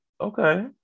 Okay